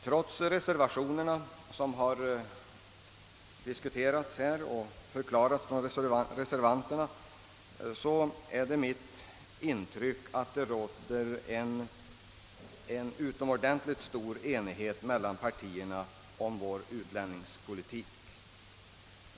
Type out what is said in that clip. Trots de reservationer som har diskuterats här och förklarats av reservanterna är det mitt intryck att det råder en utomordentligt stor enighet mellan partierna om vår utlänningspolitik.